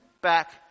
back